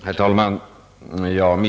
Herr talman!